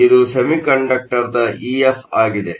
ಇದು ಸೆಮಿಕಂಡಕ್ಟರ್ನ ಇಎಫ್ ಆಗಿದೆ